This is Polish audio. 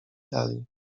dali